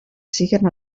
siguen